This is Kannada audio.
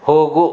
ಹೋಗು